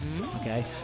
Okay